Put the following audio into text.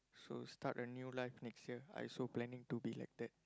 so start a new life next year I also planning to be like that